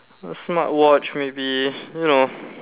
a smartwatch maybe you know